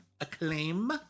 Acclaim